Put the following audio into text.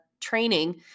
training